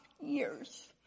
years